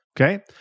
Okay